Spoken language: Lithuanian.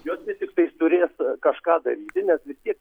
jos vis tiktais turės kažką daryti nes vis tiek